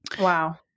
Wow